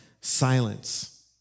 silence